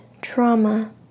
Trauma